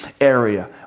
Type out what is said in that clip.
area